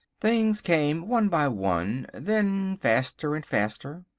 things came one by one, then faster and faster,